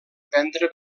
prendre